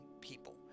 people